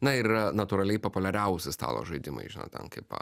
na ir yra natūraliai populiariausi stalo žaidimai žinot ten kaip